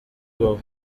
wowe